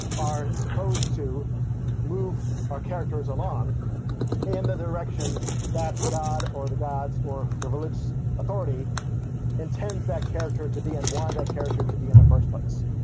are supposed to move our characters along in the direction that god, or the gods, or the religious authority intends that character to be and wanted that character to be in the first place.